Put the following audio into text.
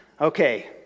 okay